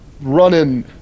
running